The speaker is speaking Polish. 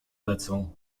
lecą